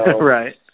Right